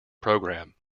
programme